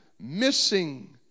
Missing